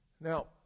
Now